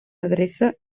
adreça